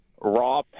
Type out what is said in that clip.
raw